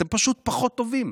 אתם פשוט פחות טובים,